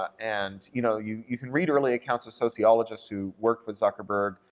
and, you know, you you can read early accounts of sociologists who worked with zuckerberg,